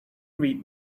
read